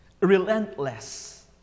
Relentless